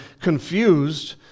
confused